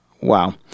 Wow